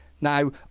Now